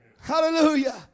Hallelujah